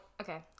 Okay